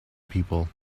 people